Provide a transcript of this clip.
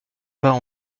part